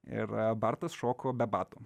ir bartas šoko be batų